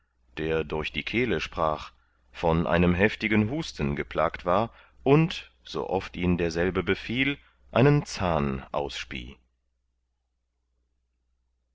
der durch die kehle sprach von einem heftigen husten geplagt war und so oft ihn derselbe befiel einen zahn ausspie